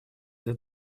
для